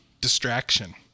distraction